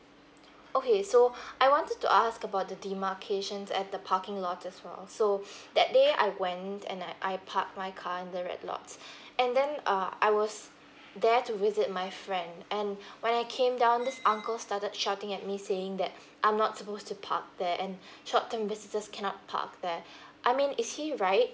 okay so I wanted to ask about the demarcation at the parking lot as well so that day I went and I I parked my car in the red lot and then uh I was there to visit my friend and when I came down this uncle started shouting at me saying that I'm not supposed to park there and short term visitors cannot park there I mean is he right